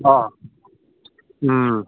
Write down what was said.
ꯑꯥ ꯎꯝ